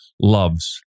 loves